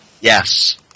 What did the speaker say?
Yes